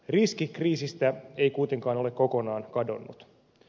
riski kriisistä ei kuitenkaan ole kokonaan kadonnut